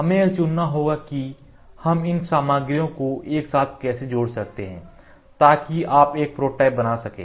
हमें यह चुनना होगा कि हम इन सामग्रियों को एक साथ कैसे जोड़ सकते हैं ताकि आप एक प्रोटोटाइप बना सकें